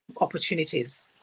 opportunities